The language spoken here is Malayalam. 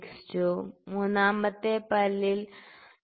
62 മൂന്നാമത്തെ പല്ലിൽ 3